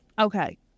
Okay